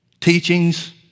Teachings